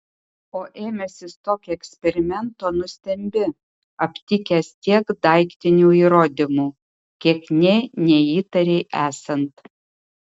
o ėmęsis tokio eksperimento nustembi aptikęs tiek daiktinių įrodymų kiek nė neįtarei esant